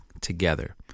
together